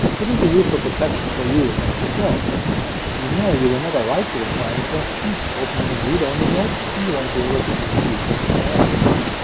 this is a useful protection for you against yourself if you know you will never write to the file in question, open it in read-only mode and you won't be able to even do so by accident.